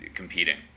competing